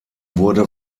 wurde